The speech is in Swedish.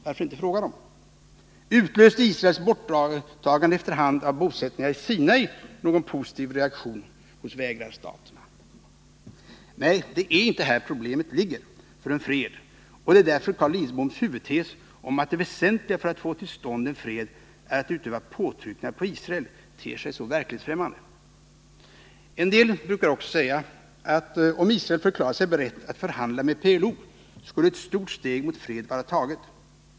Varför inte fråga dem? Utlöste Israels borttagande efter hand av bosättningarna i Sinai någon positiv reaktion hos vägrarstaterna? Nej, det är inte här problemet för en fred ligger, och det är därför Carl Lidboms huvudtes om att det väsentliga för att få till stånd en fred är att öva påtryckningar på Israel ter sig så verklighetsfrämmande. En del brukar också säga att om Isreel förklarade sig berett att förhandla med PLO skulle ett stort steg mot fred vara taget.